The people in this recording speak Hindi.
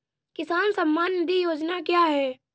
किसान सम्मान निधि योजना क्या है?